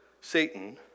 Satan